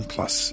Plus